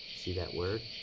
see that word?